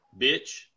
Bitch